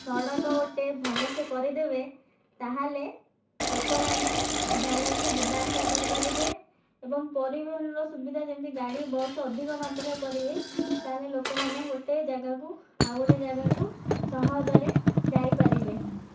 ସଡ଼କ ଗୋଟିଏ ଭଲସେ କରିଦେବେ ତା'ହେଲେ ଲୋକମାନେ ଭଲସେ ଯିବା ଆସିବା କରିପାରିବେ ଏବଂ ପରିବହନର ସୁବିଧା ଯେମିତି ଗାଡ଼ି ବସ୍ ଅଧିକ ମାତ୍ରାରେ କରିବେ ତା'ହେଲେ ଗୋଟିଏ ଜାଗାକୁ ଆଉ ଗୋଟିଏ ଜାଗାକୁ ସହଜରେ ଯାଇପାରିବେ